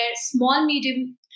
small-medium